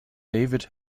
david